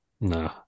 No